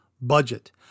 Budget